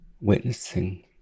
witnessing